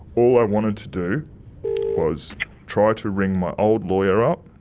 all i wanted to do was try to ring my old lawyer up.